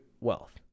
wealth